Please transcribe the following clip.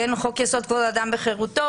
חוק יסוד: כבוד האדם וחירותו,